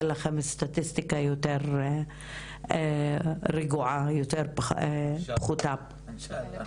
לכם סטטיסטיקה יותר רגוע ופחותה יותר.